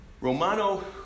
Romano